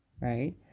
right